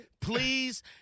please